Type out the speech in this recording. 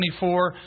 24